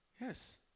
Yes